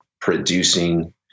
producing